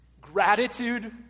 Gratitude